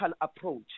approach